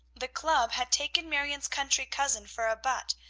the club had taken marion's country cousin for a butt,